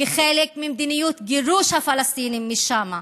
כחלק ממדיניות גירוש הפלסטינים משם.